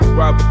rob